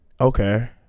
okay